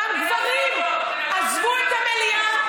גם גברים עזבו את המליאה,